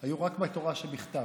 היו רק מהתורה שבכתב.